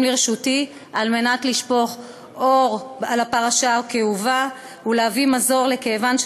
לרשותי על מנת לשפוך אור על הפרשה הכאובה ולהביא מזור לכאבן של